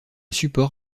support